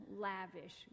lavish